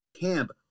camp